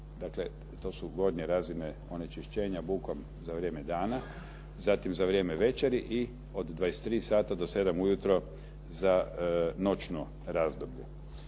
dakle to su gornje razine onečišćenja bukom za vrijeme dana, zatim za vrijeme večeri i od 23 sata do 7 ujutro za noćno razdoblje.